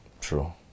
True